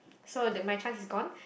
so the my chance is gone